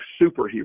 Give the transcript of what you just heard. superhero